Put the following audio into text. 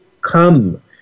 come